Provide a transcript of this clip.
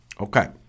okay